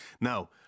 Now